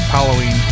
Halloween